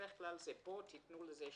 בדרך כלל זה פה תיתנו לזה שם.